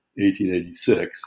1886